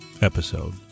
episode